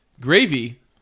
Gravy